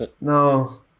No